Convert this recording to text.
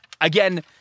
Again